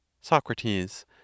SOCRATES